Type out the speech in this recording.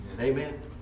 Amen